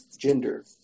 gender